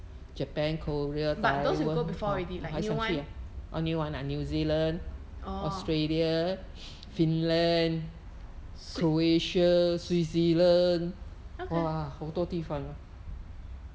but those you go before already like new one orh swit~ okay